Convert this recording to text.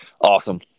Awesome